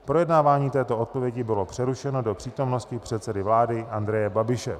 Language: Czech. Projednávání této odpovědi bylo přerušeno do přítomnosti předsedy vlády Andreje Babiše.